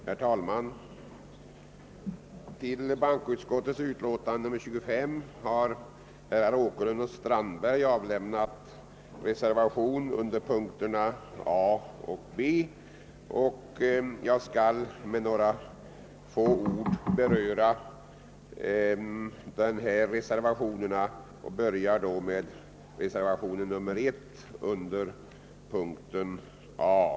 Herr talman! Till bankoutskottets utlåtande nr 25 har herrar Åkerlund och Strandberg fogat reservationer under punkterna A och B. Jag skall med några få ord beröra dem och börja med reservationen 1 under punkten A.